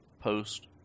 post